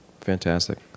Fantastic